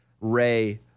Ray